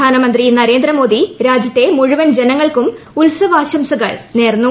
പ്രധാനമന്ത്രി നരേന്ദ്രമോദി രാജ്യത്തെ മുഴുവൻ ജനങ്ങൾക്കും ഉത്സവാശംസകൾ നേർന്നു